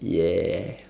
ya